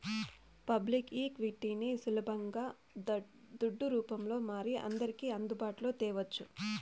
public ఈక్విటీని సులబంగా దుడ్డు రూపంల మారి అందర్కి అందుబాటులో తేవచ్చు